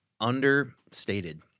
understated